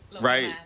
Right